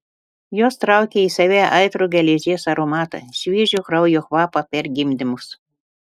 jos traukė į save aitrų geležies aromatą šviežio kraujo kvapą per gimdymus